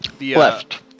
Left